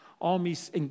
Armies